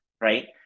Right